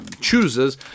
chooses